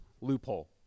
loophole